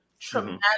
traumatic